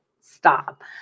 stop